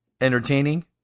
entertaining